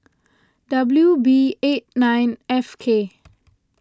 W B eight nine F K